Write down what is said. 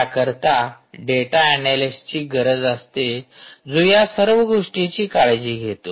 त्या करीता डेटा अन्यालीस्टची गरज असते जो या सर्व गोष्टीची काळजी घेतो